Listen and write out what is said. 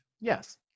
Yes